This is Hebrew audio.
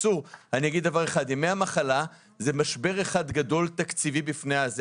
ימי המחלה הם משבר תקציבי גדול.